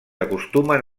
acostumen